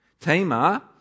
Tamar